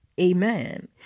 amen